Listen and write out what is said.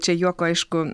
čia juoko aišku